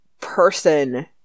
person